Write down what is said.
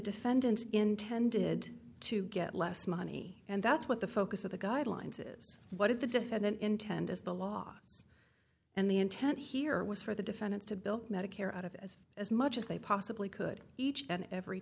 defendants intended to get less money and that's what the focus of the guidelines is what did the defendant intend as the law and the intent here was for the defendants to bill medicare out of as as much as they possibly could each and every